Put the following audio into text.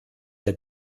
der